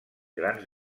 grans